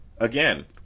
again